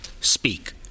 speak